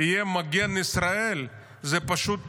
יהיה מגן ישראל זה פשוט טירוף.